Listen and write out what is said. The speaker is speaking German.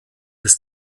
des